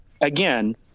again